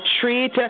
treat